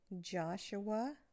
Joshua